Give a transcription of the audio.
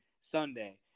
Sunday